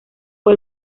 fue